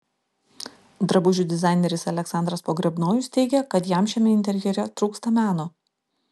drabužių dizaineris aleksandras pogrebnojus teigė kad jam šiame interjere trūksta meno